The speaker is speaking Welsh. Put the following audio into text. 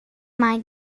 mae